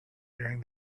during